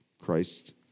Christ